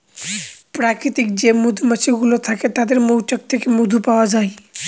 প্রাকৃতিক যে মধুমাছি গুলো থাকে তাদের মৌচাক থেকে মধু পাওয়া যায়